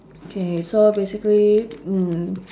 okay so basically mm